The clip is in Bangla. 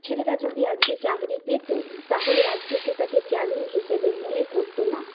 ছেলেরা যদি আজকে চাকরি পেত তাহলে আজকে সেটাকে চ্যালেঞ্জ হিসেবে মনে করত না